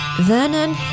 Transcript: Vernon